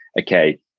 okay